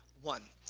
one,